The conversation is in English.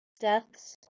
deaths